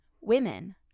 women